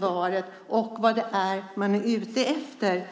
Vad är man ute efter